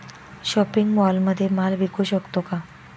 Shopping मॉलमध्ये माल विकू शकतो का?